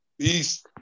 Peace